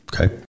Okay